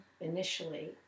initially